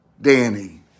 Danny